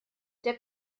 der